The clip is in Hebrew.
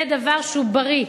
זה דבר שהוא בריא.